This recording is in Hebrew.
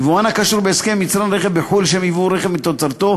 יבואן הקשור בהסכם עם יצרן רכב בחו"ל לשם ייבוא רכב מתוצרתו,